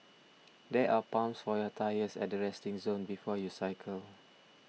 there are pumps for your tyres at the resting zone before you cycle